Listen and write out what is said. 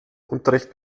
unterricht